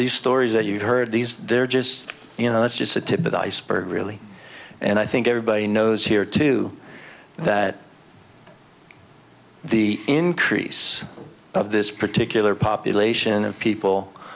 these stories that you've heard these they're just you know it's just the tip of the iceberg really and i think everybody knows here too that the increase of this particular population of people